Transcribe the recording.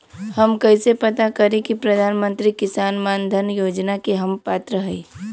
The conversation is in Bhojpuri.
हम कइसे पता करी कि प्रधान मंत्री किसान मानधन योजना के हम पात्र हई?